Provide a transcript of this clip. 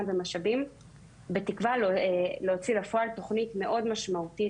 ומשאבים בתקווה להוציא לפועל תכנית מאוד משמעותית,